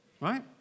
right